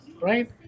right